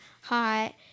hot